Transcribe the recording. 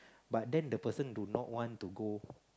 but then the person do not want to go